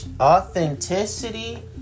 authenticity